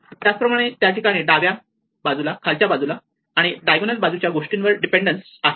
त्याचप्रमाणे त्या ठिकाणी डाव्या खालच्या बाजूच्या आणि डायगोनल बाजूच्या गोष्टींवर डिपेंडेन्स आहे